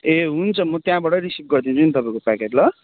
ए हुन्छ म त्यहाँबाटै रिसिभ गरिदिन्छु नि तपाईँको प्याकेट ल